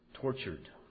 tortured